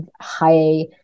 high